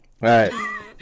right